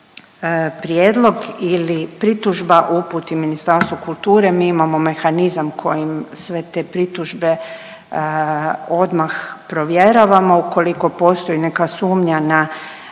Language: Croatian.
prijedlog ili pritužba uputi Ministarstvu kulture. Mi imamo mehanizam kojim sve te pritužbe odmah provjeravamo. Ukoliko postoji neka sumnja na